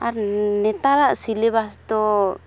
ᱟᱨ ᱱᱮᱛᱟᱨᱟᱜ ᱥᱤᱞᱮᱵᱟᱥ ᱫᱚ